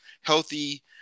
healthy